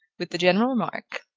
with the general remark,